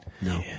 No